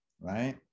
right